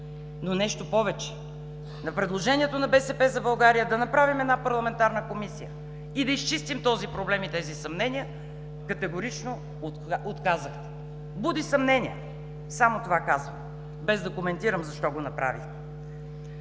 Но нещо повече, на предложението на „БСП за България“ да направим парламентарна комисия и да изчистим този проблем и тези съмнения, категорично отказахте. Буди съмнения – само това казвам, без да коментирам защо го направихте.